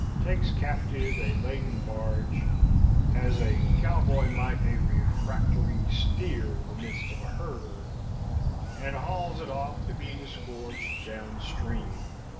takes captive a laden barge as a cowboy might a refractory steer in the midst of a herd and hauls it off to be disgorged down stream.